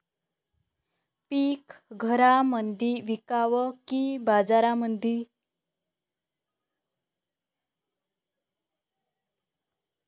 पीक घरामंदी विकावं की बाजारामंदी?